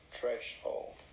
threshold